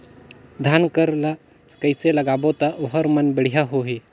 धान कर ला कइसे लगाबो ता ओहार मान बेडिया होही?